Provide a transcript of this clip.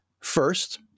First